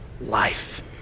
life